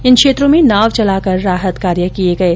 इन क्षेत्रों में नाव चलाकर राहत कार्य किये गये